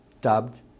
dubbed